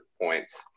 points